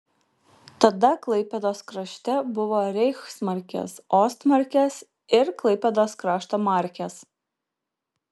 tada klaipėdos krašte buvo reichsmarkės ostmarkės ir klaipėdos krašto markės